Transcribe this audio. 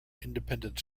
independent